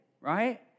right